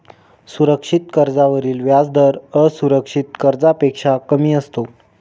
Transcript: सुरक्षित कर्जावरील व्याजदर असुरक्षित कर्जापेक्षा कमी असतो